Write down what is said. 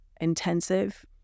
intensive